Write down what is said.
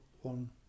one